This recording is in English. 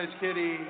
Kitty